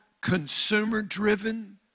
consumer-driven